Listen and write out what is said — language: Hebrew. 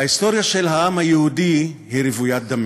ההיסטוריה של העם היהודי היא רוויית דמים.